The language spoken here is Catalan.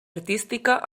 artística